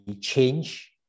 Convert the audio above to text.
change